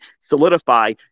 solidify